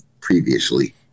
previously